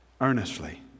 Earnestly